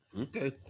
Okay